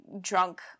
drunk